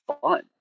fun